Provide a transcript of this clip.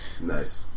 Nice